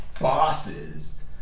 bosses